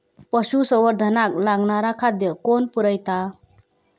पशुसंवर्धनाक लागणारा खादय कोण पुरयता?